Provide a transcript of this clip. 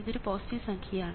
ഇതൊരു പോസിറ്റീവ് സംഖ്യയാണ്